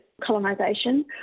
colonisation